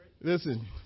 listen